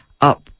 up